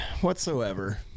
whatsoever